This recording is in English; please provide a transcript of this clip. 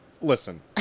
listen